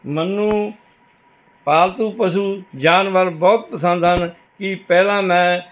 ਮੈਨੂੰ ਪਾਲਤੂ ਪਸ਼ੂ ਜਾਨਵਰ ਬਹੁਤ ਪਸੰਦ ਹਨ ਕਿ ਪਹਿਲਾਂ ਮੈਂ